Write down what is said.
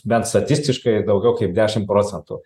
bent statistiškai daugiau kaip dešimt procentų